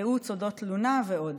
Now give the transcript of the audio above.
ייעוץ על אודות תזונת היילוד.